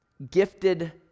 gifted